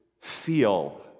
feel